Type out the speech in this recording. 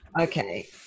okay